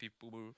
people